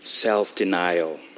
Self-denial